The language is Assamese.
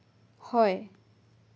হয়